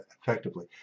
effectively